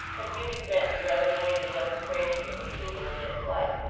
and giving vent to rather noisy demonstrations of approval or dislike,